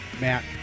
Matt